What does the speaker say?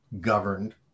governed